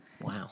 Wow